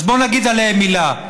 אז בואו נגיד עליהם מילה.